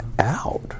out